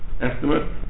estimate